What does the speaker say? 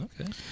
Okay